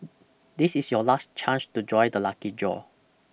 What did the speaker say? this is your last chance to join the lucky draw